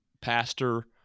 pastor